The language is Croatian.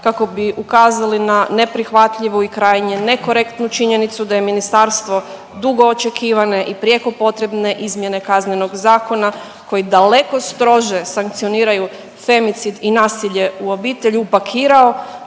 kako bi ukazali na neprihvatljivu i krajnje nekorektnu činjenicu da je ministarstvo dugo očekivane i prijeko potrebne izmjene Kaznenog zakona koji daleko strože sankcioniraju femicid i nasilje u obitelji upakirao